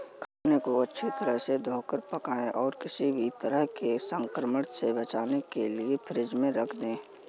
खाने को अच्छी तरह से धोकर पकाएं और किसी भी तरह के संक्रमण से बचने के लिए फ्रिज में रख दें